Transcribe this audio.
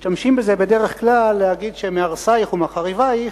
בדרך כלל משתמשים בזה כדי להגיד שמהרסייך ומחריבייך,